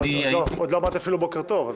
עוד לא אמרתי אפילו בוקר טוב.